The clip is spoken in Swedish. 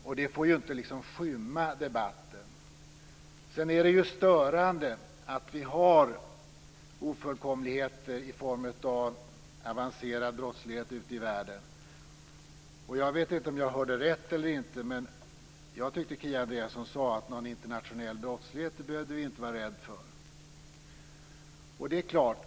Detta får inte skymma debatten. Det är störande att vi har ofullkomligheter i form av avancerad brottslighet ute i världen. Jag vet inte om jag hörde rätt men jag tyckte att Kia Andreasson sade att vi inte behöver vara rädd för internationell brottslighet.